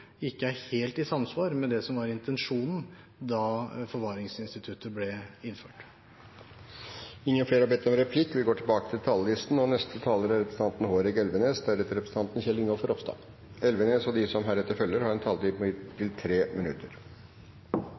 ikke er helt i samsvar med det som var intensjonen da forvaringsinstituttet ble innført. Replikkordskiftet er omme. De talere som heretter får ordet, har en taletid på inntil 3 minutter. Jeg vil takke komiteen for et godt samarbeid i en sak med vanskelige avveininger og